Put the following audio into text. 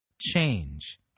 change